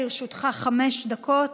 לרשותך חמש דקות,